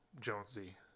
Jonesy